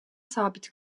sabit